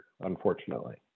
unfortunately